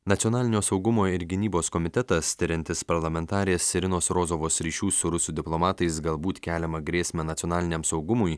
nacionalinio saugumo ir gynybos komitetas tiriantis parlamentarės irinos rozovos ryšių su rusų diplomatais galbūt keliamą grėsmę nacionaliniam saugumui